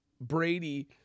Brady